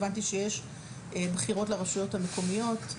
אבל הבנתי שיש בחירות לרשויות המקומיות.